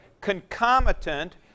concomitant